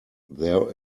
there